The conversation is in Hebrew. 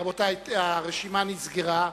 רבותי, הרשימה נסגרה.